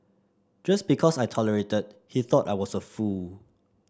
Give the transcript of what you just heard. just because I tolerated he thought I was a fool